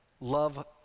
love